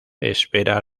espera